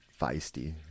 feisty